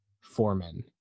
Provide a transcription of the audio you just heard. foreman